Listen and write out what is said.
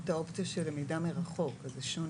כולנו.